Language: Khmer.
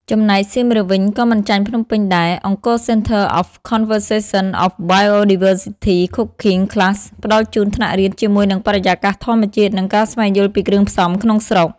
ចំណែកសៀមរាបវិញក៏មិនចាញ់ភ្នំពេញដែរ Angkor Centre for Conservation of Biodiversity Cooking Class ផ្តល់ជូនថ្នាក់រៀនជាមួយនឹងបរិយាកាសធម្មជាតិ និងការស្វែងយល់ពីគ្រឿងផ្សំក្នុងស្រុក ។